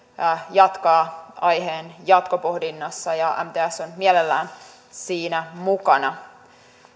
jatkaa aiheen jatkopohdintaa ja ja mts on mielellään siinä mukana